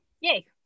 yay